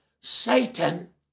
Satan